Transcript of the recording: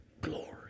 glory